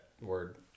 Word